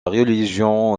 religion